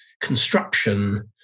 Construction